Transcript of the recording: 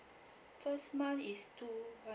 first month is two